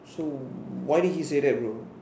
so why did he say that bro